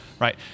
Right